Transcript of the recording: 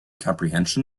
comprehension